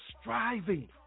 Striving